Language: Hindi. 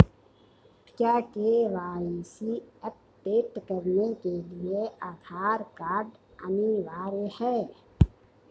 क्या के.वाई.सी अपडेट करने के लिए आधार कार्ड अनिवार्य है?